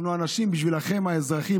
אנחנו בשבילכם, האזרחים,